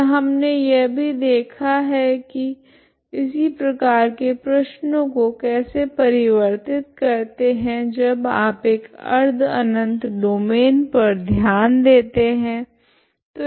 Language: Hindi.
तथा हमने यह भी देखा है की इसी प्रकार के प्रश्नो को कैसे परिवर्तित करते है जब आप एक अर्ध अनंत डोमैन पर ध्यान देते है